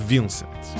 Vincent